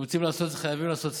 אם רוצים לעשות, חייבים לעשות סדר.